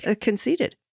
conceded